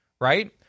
right